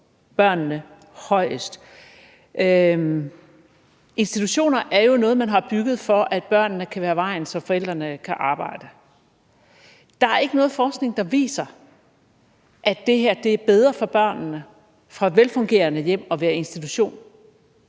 børnene, højest. Institutioner er jo noget, man har bygget, for at børnene kan være af vejen, så forældrene kan arbejde. Der er ikke noget forskning, der viser, at det er bedre for børn fra velfungerende hjem at være i institution,